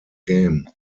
game